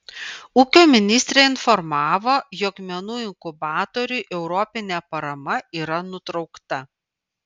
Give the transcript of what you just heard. ūkio ministrė informavo jog menų inkubatoriui europinė parama yra nutraukta